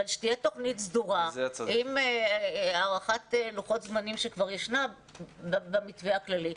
אבל שתהיה תוכנית סדורה עם הערכת לוחות זמנים שכבר ישנה במתווה הכללי,